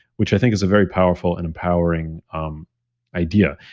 which i think is a very powerful and empowering um idea.